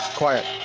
quiet,